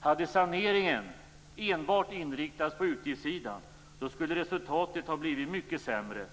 Hade saneringen enbart inriktats på utgiftssidan, skulle resultatet ha blivit mycket sämre.